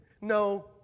No